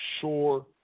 sure